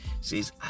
says